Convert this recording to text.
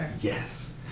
Yes